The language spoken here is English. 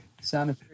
sounded